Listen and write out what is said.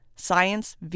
Science